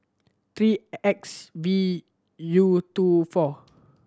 three X V U two four